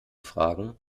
fragen